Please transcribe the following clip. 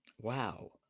Wow